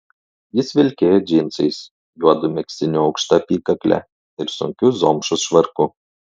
jis vilkėjo džinsais juodu megztiniu aukšta apykakle ir sunkiu zomšos švarku